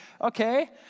okay